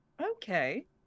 Okay